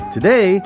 Today